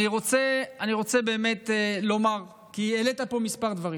אני רוצה באמת לומר, כי העלית פה כמה דברים.